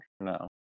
no